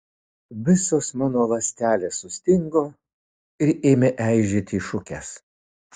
visos mano ląstelės sustingo ir ėmė eižėti į šukes